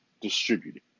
distributed